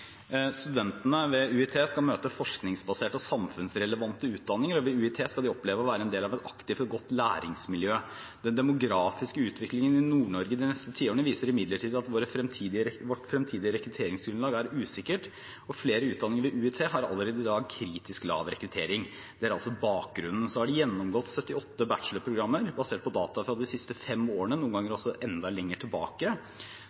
studentene ved UiT skal møte forskningsbaserte og samfunnsrelevante utdanninger, og ved UiT skal de oppleve å være en del av et aktivt og godt læringsmiljø. Den demografiske utviklingen i Nord-Norge de neste tiårene viser imidlertid at deres fremtidige rekrutteringsgrunnlag er usikkert, og flere utdanninger ved UiT har allerede i dag en kritisk lav rekruttering. Det er altså bakgrunnen. De har gjennomgått 78 bachelorprogrammer basert på data fra de siste fem årene, noen ganger